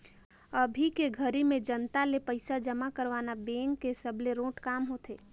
अभी के घरी में जनता ले पइसा जमा करवाना बेंक के सबले रोंट काम होथे